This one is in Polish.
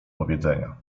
powiedzenia